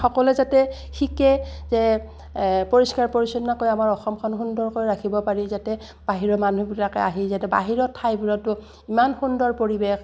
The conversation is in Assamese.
সকলোৱে যাতে শিকে যে পৰিষ্কাৰ পৰিচ্ছন্নকৈ আমাৰ অসমখন সুন্দৰকৈ ৰাখিব পাৰি যাতে বাহিৰৰ মানুহবিলাকে আহি যাতে বাহিৰৰ ঠাইবোৰতো ইমান সুন্দৰ পৰিৱেশ